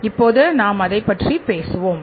இப்போது நாம் அதைப் பற்றி பேசுவோம்